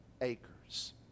acres